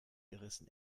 gerissen